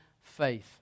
Faith